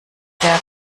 der